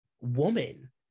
woman